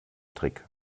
trick